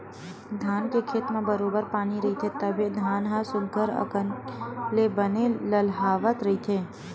धान के खेत म बरोबर पानी रहिथे तभे धान ह सुग्घर अकन ले बने लहलाहवत रहिथे